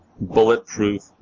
bulletproof